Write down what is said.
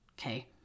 Okay